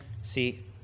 See